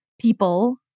people